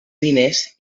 diners